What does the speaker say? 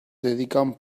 dedican